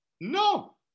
No